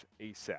ASAP